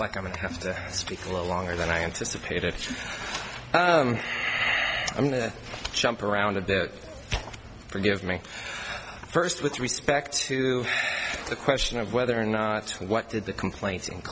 like i'm going to have to speak a little longer than i anticipated i'm going to jump around a bit forgive me first with respect to the question of whether or not what did the complaint